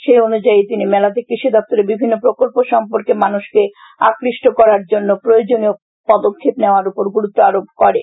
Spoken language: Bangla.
সেই অনুযায়ী তিনি মেলাতে কৃষি দপ্তরের বিভিন্ন প্রকল্প সম্পর্কে মানুষকে আকৃষ্ট করার জন্য প্রয়োজনীয় পদক্ষেপ নেওয়ার উপর গুরুত্ব আরোপ করেন